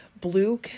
Blue